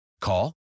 Call